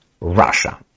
russia